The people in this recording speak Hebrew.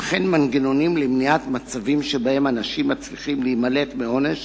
וכן מנגנונים למניעת מצבים שבהם אנשים מצליחים להימלט מעונש